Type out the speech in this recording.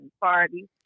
parties